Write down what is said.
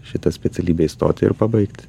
šitą specialybę įstoti ir pabaigti